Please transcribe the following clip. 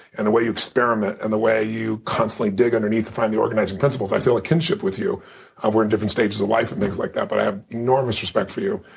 and the way you experiment, and the way you constantly dig underneath to find the organizing principles, i feel a kinship with you ah we're in different stages of life and things like that, but i have enormous respect for you.